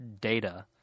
data